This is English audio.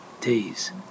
days